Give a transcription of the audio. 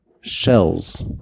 shells